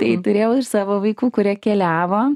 tai turėjau ir savo vaikų kurie keliavo